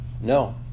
No